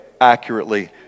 accurately